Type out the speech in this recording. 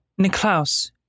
Niklaus